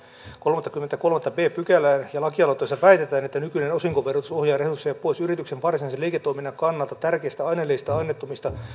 kolmattakymmenettäkolmatta b pykälää ja ja lakialoitteessa väitetään että nykyinen osinkoverotus ohjaa resursseja pois yrityksen varsinaisen liiketoiminnan kannalta tärkeistä aineellisista ja aineettomista